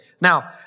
Now